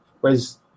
Whereas